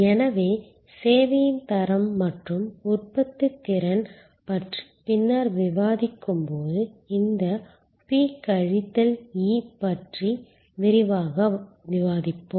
எனவே சேவையின் தரம் மற்றும் உற்பத்தித்திறன் பற்றி பின்னர் விவாதிக்கும் போது இந்த P கழித்தல் E பற்றி விரிவாக விவாதிப்போம்